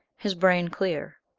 his brain clear.